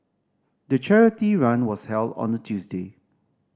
the charity run was held on a Tuesday